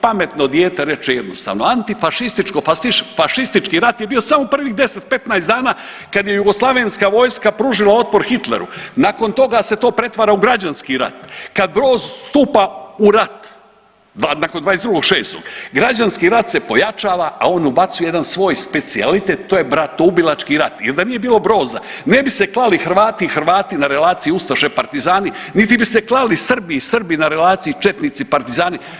Pametno dijete reče jednostavno antifašističko fašistički rat je bio samo prvih 10-15 dana kad je jugoslavenska vojska pružila otpor Hitleru, nakon toga se to pretvara u građanski rat kad Broz stupa u rat nakon 22.6. građanski rat se pojačava, a on ubacuje jedan svoj specijalitet to je bratoubilački rat jer da nije bilo Broza ne bi se klali Hrvati i Hrvati na relaciji ustaše partizani niti bi se klali Srbi i Srbi na relaciji četnici partizani.